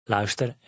Luister